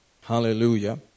Hallelujah